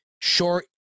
short